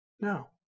No